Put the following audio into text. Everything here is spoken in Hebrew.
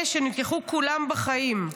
אלה שנלקחו כולם בחיים,